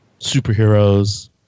superheroes